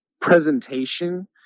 presentation